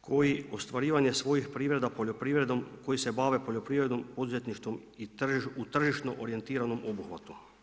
koji ostvarivanje svojih privreda koji se bave poljoprivredom, poduzetništvom i u tržišno orijentiranom obuhvatu.